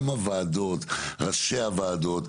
גם הוועדות, ראשי הוועדות.